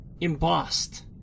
embossed